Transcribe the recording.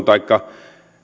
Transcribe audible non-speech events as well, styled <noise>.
<unintelligible> vaikka